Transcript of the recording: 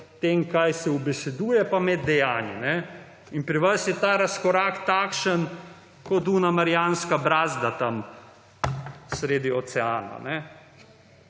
tem kaj se ubeseduje pa med dejanji in pri vas je ta razkorak takšen kot tista marjanska brazda tam sredi oceana,